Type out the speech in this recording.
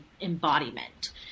embodiment